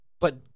But-